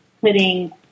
putting